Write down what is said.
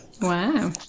Wow